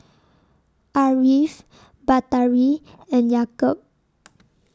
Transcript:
Ariff Batari and Yaakob